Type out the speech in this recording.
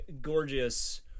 gorgeous